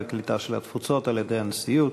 הקליטה והתפוצות על-ידי הנשיאות,